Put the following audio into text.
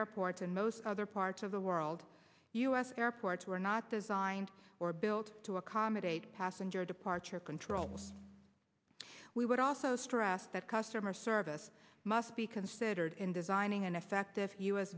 airports in most other parts of the world u s airports were not designed or built to accommodate passenger departure controls we would also stress that customer service must be considered in designing an effective u